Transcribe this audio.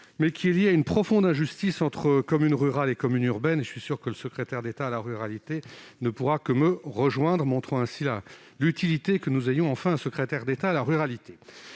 vise à corriger une profonde injustice entre communes rurales et communes urbaines. Je suis sûr que le secrétaire d'État ne pourra que me rejoindre, montrant ainsi l'utilité que nous ayons enfin un secrétaire d'État chargé de la ruralité.